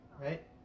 Right